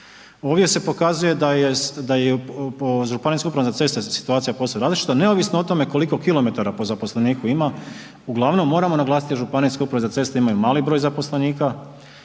Ovdje se pokazuje da jest, da je po ŽUC situacija posve različita neovisno o tome koliko kilometara po zaposleniku ima, uglavnom moramo naglasiti ŽUC imaju mali broj zaposlenika